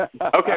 Okay